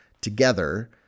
together